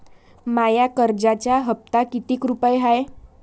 माया कर्जाचा हप्ता कितीक रुपये हाय?